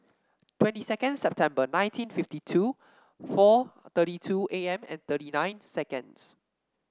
twenty second September nineteen fifty two four thirty two A M and thirty nine seconds